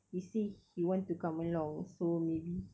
he say he want to come along so maybe